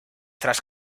tras